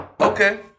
Okay